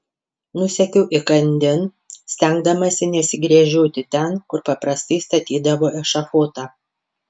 nusekiau įkandin stengdamasi nesigręžioti ten kur paprastai statydavo ešafotą